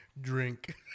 Drink